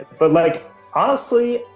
but, like honestly,